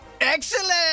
Excellent